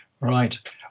Right